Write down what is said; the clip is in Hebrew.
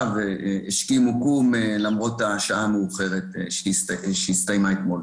והשכימו קום למרות השעה המאוחרת שבה הסתיימה העבודה אתמול.